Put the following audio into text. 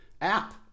app